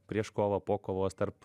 prieš kovą po kovos tarp